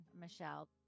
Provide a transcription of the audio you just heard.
Michelle